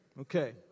Okay